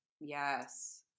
Yes